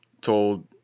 told